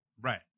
Right